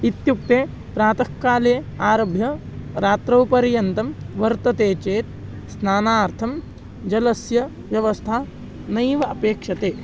इत्युक्ते प्रातःकाले आरभ्य रात्रिपर्यन्तं वर्तते चेत् स्नानार्थं जलस्य व्यवस्था नैव अपेक्ष्यते